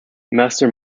master